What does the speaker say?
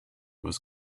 was